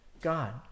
God